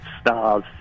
stars